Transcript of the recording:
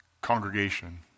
congregation